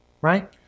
right